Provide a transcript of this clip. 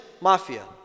mafia